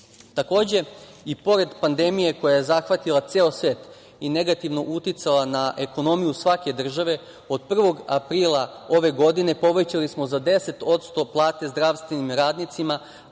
15%.Takođe, i pored pandemije koja je zahvatila ceo svet i negativno uticala na ekonomiju svake države, od 1. aprila ove godine povećali smo za 10% plate zdravstvenim radnicima,